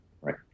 Right